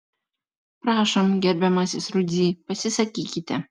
prašom gerbiamasis rudzy pasisakykite